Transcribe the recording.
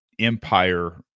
empire